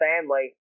family